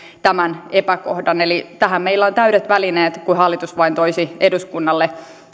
tämän epäkohdan eli tähän meillä on täydet välineet kun hallitus vain toisi eduskunnalle